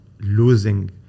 losing